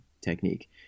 technique